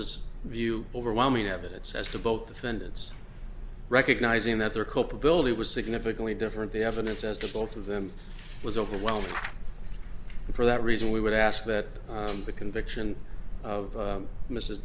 as view overwhelming evidence as to both defendants recognizing that their culpability was significantly different the evidence as to both of them was overwhelming and for that reason we would ask that the conviction of